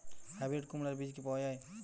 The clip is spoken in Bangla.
হাইব্রিড কুমড়ার বীজ কি পাওয়া য়ায়?